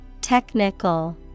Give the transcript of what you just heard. Technical